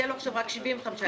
יהיה לו עכשיו רק 75,000 שקלים.